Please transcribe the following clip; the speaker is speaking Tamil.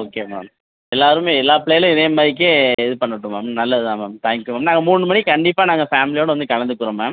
ஓகே மேம் எல்லோருமே எல்லா பிள்ளைகளும் இதேமாதிரிக்கே இது பண்ணட்டும் மேம் நல்லதுதான் மேம் தேங்க்யூ மேம் நாங்கள் மூணு மணிக்கு கண்டிப்பாக நாங்கள் ஃபேமிலியோடு வந்து கலந்துக்கிறோம் மேம்